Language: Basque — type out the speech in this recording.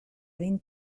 adin